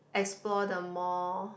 explore the more